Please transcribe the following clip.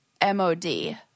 M-O-D